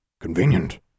Convenient